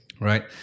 Right